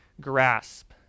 grasp